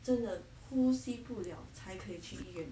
真的呼吸不了才可以去医院